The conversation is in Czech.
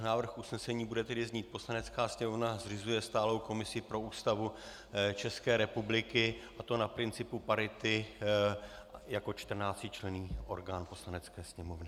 Návrh usnesení bude tedy znít: Poslanecká sněmovna zřizuje stálou komisi pro Ústavu České republiky, a to na principu parity, jako čtrnáctičlenný orgán Poslanecké sněmovny.